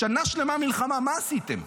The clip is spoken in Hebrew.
שנה שלמה מלחמה, מה עשיתם?